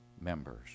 members